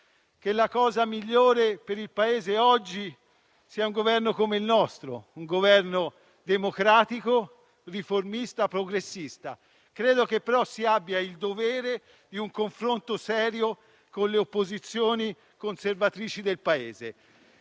che la cosa migliore per il Paese oggi sia un Governo come il nostro, un Governo democratico, riformista e progressista. Credo però che si abbia il dovere di un confronto serio con le opposizioni conservatrici del Paese,